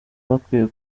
bakwiye